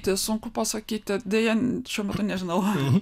tai sunku pasakyti deja šiuo metu nežinau